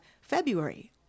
February